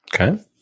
Okay